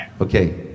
Okay